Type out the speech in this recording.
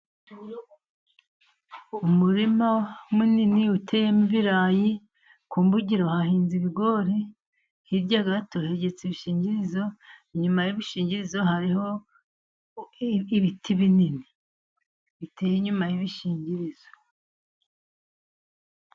Umurima munini uteyemo ibirayi, ku mbugiro hahinze ibigori, hirya gato hegetse ibishingirizo, inyuma y'ibishingizo hariho ibiti binini, biteye inyuma y'ibishingirizo.